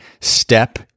step